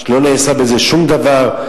לא נעשה בזה שום דבר.